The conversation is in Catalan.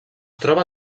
troba